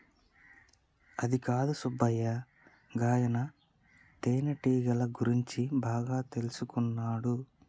అదికాదు సుబ్బయ్య గాయన తేనెటీగల గురించి బాగా తెల్సుకున్నాడు